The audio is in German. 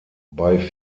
bei